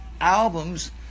albums